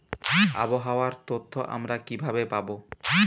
আবহাওয়ার তথ্য আমরা কিভাবে পাব?